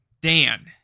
Dan